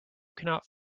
cannot